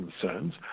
concerns